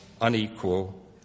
unequal